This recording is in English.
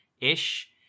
ish